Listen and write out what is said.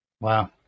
Wow